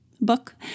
book